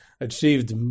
achieved